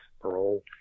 parole